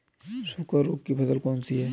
सूखा रोग की फसल कौन सी है?